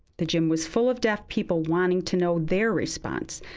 the gym was full of deaf people wanting to know their response.